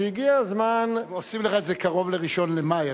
שהגיע הזמן, הם עושים לך את זה קרוב ל-1 במאי.